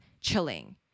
chilling